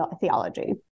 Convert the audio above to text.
Theology